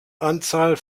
anzahl